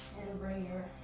and bring your.